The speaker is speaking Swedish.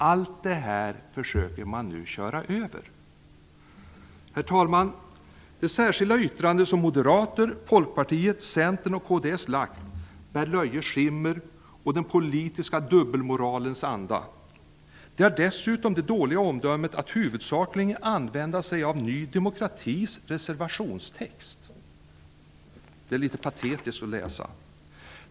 Allt detta försöker man nu köra över. Herr talman! Det särskilda yttrande som Moderaterna, Folkpartiet, Centern och kds har gjort bär löjets skimmer och den politiska dubbelmoralens anda. De har dessutom det dåliga omdömet att huvudsakligen använda sig av Ny demokratis reservationstext! Det är litet patetiskt att läsa.